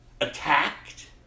attacked